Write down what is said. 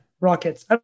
rockets